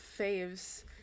Faves